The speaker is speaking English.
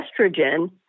estrogen